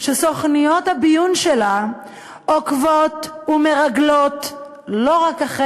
שסוכנויות הביון שלה עוקבות ומרגלות לא רק אחרי